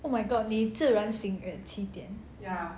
oh my god 你自然醒 at 七点